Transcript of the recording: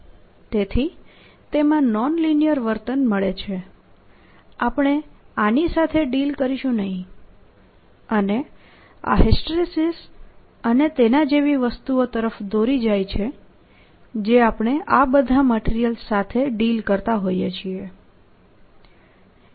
તેથી તેમાં non linear વર્તન મળે છે આપણે આની સાથે ડીલ કરીશું નહીં અને આ હિસ્ટરીસિસ અને તેના જેવી વસ્તુઓ તરફ દોરી જાય છે જે આપણે આ બધા મટીરીયલ્સ સાથે ડીલ કરતા હોઈએ છે